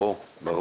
ברור.